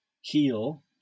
heal